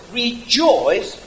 rejoice